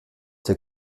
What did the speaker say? der